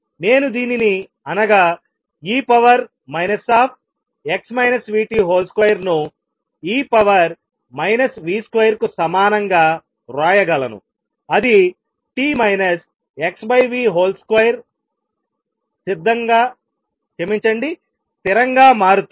నేను దీనిని అనగా e 2 ను e v2 కు సమానంగా వ్రాయగలను అది t x v2 whole square స్థిరంగా మారుతుంది